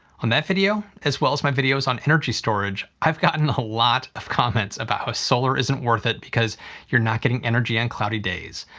on that video, as well as my videos on energy storage, i've gotten a lot of comments about how solar isn't worth it because you're not getting energy on cloudy days,